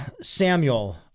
Samuel